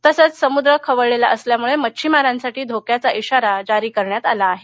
तसंच समुद्र खवळलेला असल्यामुळे मच्छिमारांसाठी धोक्याचा खाारा जारी करण्यात आला आहे